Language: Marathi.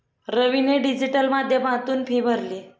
रवीने डिजिटल माध्यमातून फी भरली